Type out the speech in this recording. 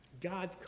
God